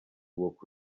woke